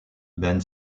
ben